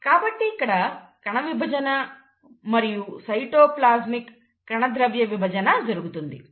కాబట్టి ఇక్కడ కణవిభజన మరియు సైటోప్లాస్మిక్ కణద్రవ్య విభజన జరుగుతుంది